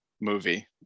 movie